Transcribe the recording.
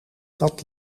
dat